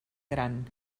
gran